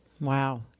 Wow